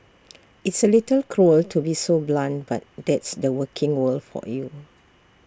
it's A little cruel to be so blunt but that's the working world for you